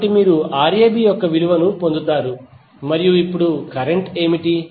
కాబట్టి మీరు Rab యొక్క విలువను పొందుతారు మరియు ఇప్పుడు కరెంట్ ఏమిటి